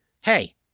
Hey